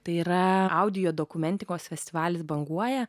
tai yra audio dokumentikos festivalis banguoja